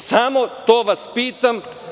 Samo to vas pitam.